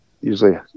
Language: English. usually